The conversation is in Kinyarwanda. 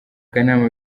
kanama